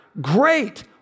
Great